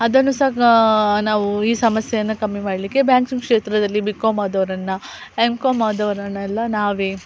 ಅದನ್ನು ಸಹ ನಾವು ಈ ಸಮಸ್ಯೆಯನ್ನ ಕಮ್ಮಿ ಮಾಡಲಿಕ್ಕೆ ಬ್ಯಾಂಕಿಂಗ್ ಕ್ಷೇತ್ರದಲ್ಲಿ ಬಿ ಕಾಮ್ ಆದವರನ್ನು ಎಮ್ ಕಾಮ್ ಆದವರನ್ನೆಲ್ಲ ನಾವೇ